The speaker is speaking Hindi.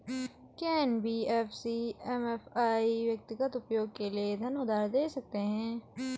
क्या एन.बी.एफ.सी एम.एफ.आई व्यक्तिगत उपयोग के लिए धन उधार दें सकते हैं?